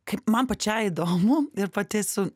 kaip man pačiai įdomu ir pati esu